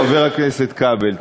חבר הכנסת כבל.